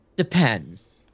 Depends